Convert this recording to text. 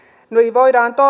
voidaan